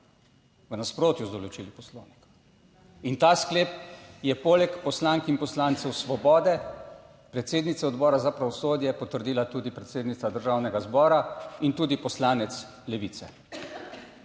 v nasprotju z določili Poslovnika in ta sklep je poleg poslank in poslancev Svobode, predsednice Odbora za pravosodje potrdila tudi predsednica Državnega zbora in tudi poslanec Levice.